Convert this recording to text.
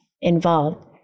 involved